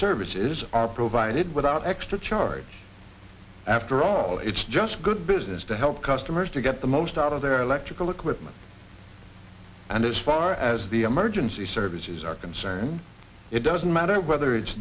services are provided without extra charge after all it's just good business to help customers to get the most out of their electrical equipment and as far as the emergency service it is our concern it doesn't matter whether it's